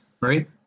right